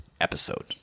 episode